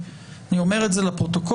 אני אומר את זה לפרוטוקול.